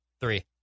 Three